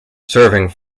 serving